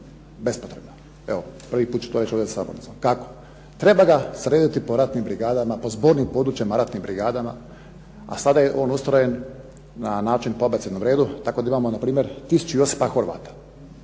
bespotrebna. Evo prvi put ću to reći ovdje za sabornicom. Kako? Treba ga srediti po ratnim brigadama, po zbornim područjima ratnim brigadama, a sada je on ustrojen na način po abecednom redu tako da imamo npr. tisuću Josipa Horvata.